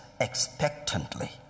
expectantly